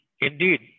Indeed